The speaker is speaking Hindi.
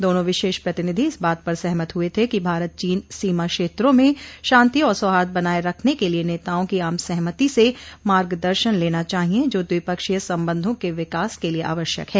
दोनों विशेष प्रतिनिधि इस बात पर सहमत हुए थे कि भारत चीन सीमा क्षेत्रों में शांति और सौहार्द बनाये रखने के लिए नेताओं की आम सहमति से मार्ग दर्शन लेना चाहिए जो द्विपक्षीय संबंधों के विकास के लिए आवश्यक है